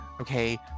Okay